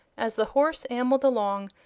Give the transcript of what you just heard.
as the horse ambled along,